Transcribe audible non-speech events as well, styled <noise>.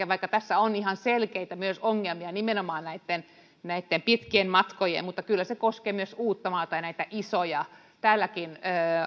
<unintelligible> vaikka tässä on myös ihan selkeitä ongelmia nimenomaan näitten näitten pitkien matkojen suhteen niin kyllä tämä koskee myös uuttamaata ja näitä isoja kaupunkeja täälläkin